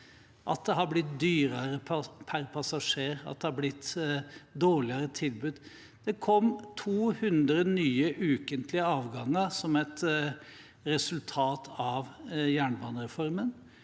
at det har blitt dyrere per passasjer, og at det har blitt et dårligere tilbud. Det kom 200 nye ukentlige avganger som et resultat av jernbanereformen.